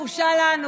בושה לנו,